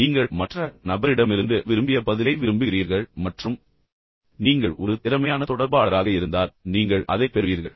நீங்கள் மற்ற நபரிடமிருந்து விரும்பிய பதிலை விரும்புகிறீர்கள் மற்றும் நீங்கள் ஒரு திறமையான தொடர்பாளராக இருந்தால் நீங்கள் அதைப் பெறுவீர்கள்